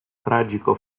tragico